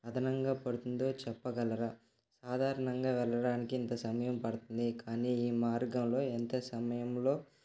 అదనంగా పడుతుందో చెప్పగలరా సాధారణంగా వెళ్ళడానికి ఇంత సమయం పడుతుంది కానీ ఈ మార్గంలో ఎంత సమయంలో